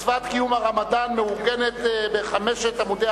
מצוות קיום הרמדאן מאורגנת בחמשת עמודי